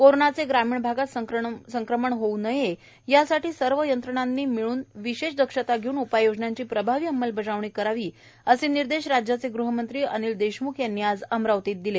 कोरोनाचे ग्रामीण भागात संक्रमण होऊ नये यासाठी सर्व यंत्रणांनी मिळून विशेष दक्षता घेऊन उपाययोजनांची प्रभावी अंमलबजावणी करावी असे निर्देश राज्याचे गृहमंत्री अनिल देशमुख यांनी आज अमरावतीत दिले